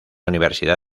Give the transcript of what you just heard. universidad